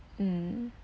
mm